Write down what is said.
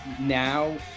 now